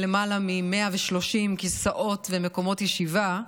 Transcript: יותר מ-130 כיסאות ומקומות ישיבה,